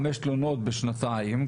חמש תלונות בשנתיים,